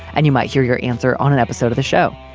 and you might hear your answer on an episode of the show.